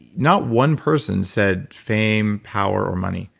not one person said fame, power or money.